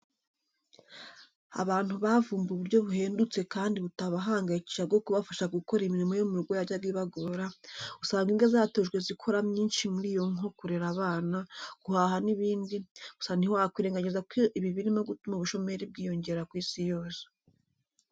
Abantu bavumbuye uburyo buhendutse kandi butabahangayikisha bwo kubafasha gukora imirimo yo mu rugo yajyaga ibagora, usanga imbwa zatojwe zikora myinshi muri yo nko kurera abana, guhaha n'ibindi, gusa ntitwakwirengagiza ko ibi birimo gutuma ubushomeri bwiyongera ku isi yose.